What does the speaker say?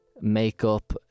makeup